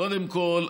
קודם כול,